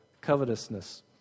covetousness